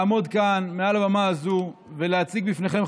לעמוד כאן מעל במה הזו ולהציג בפניכם,